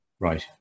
Right